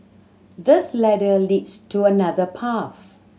this ladder leads to another path